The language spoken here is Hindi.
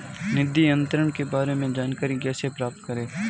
निधि अंतरण के बारे में जानकारी कैसे प्राप्त करें?